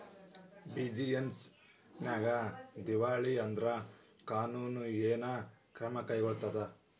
Business ನ್ಯಾಗ ದಿವಾಳಿ ಆದ್ರ ಕಾನೂನು ಏನ ಕ್ರಮಾ ಕೈಗೊಳ್ತಾರ?